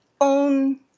own